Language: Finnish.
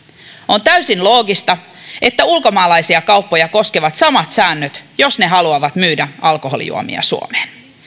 on täysin loogista että ulkomaalaisia kauppoja koskevat samat säännöt jos ne haluavat myydä alkoholijuomia suomeen